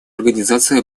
организация